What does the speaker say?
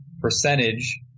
percentage